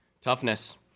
Toughness